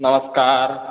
नमस्कार